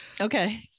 okay